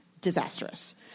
disastrous